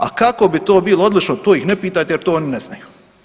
A kako bi to bilo odlično to ih ne pitajte, jer to oni ne znaju.